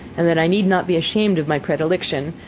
and that i need not be ashamed of my predilection,